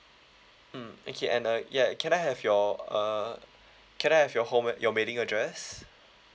mm okay and uh yeah can I have your err can I have your home add~ your mailing address